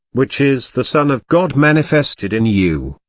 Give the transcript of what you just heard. which is the son of god manifested in you,